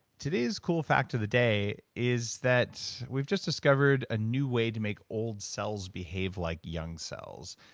today's cool fact of the day is that we've just discovered a new way to make old cells behave like young cells.